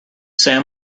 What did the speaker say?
sam